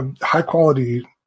high-quality